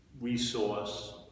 resource